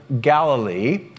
Galilee